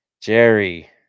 jerry